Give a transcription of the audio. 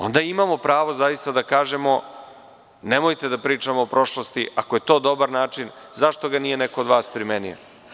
Onda imamo pravo da zaista kažemo – nemojte da pričamo o prošlosti, ako je to dobar način, zašto ga nije neko od vas primenio?